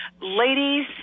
ladies